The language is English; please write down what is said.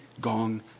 gong